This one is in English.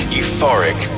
euphoric